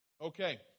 Okay